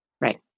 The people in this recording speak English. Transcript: Right